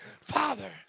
Father